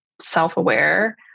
self-aware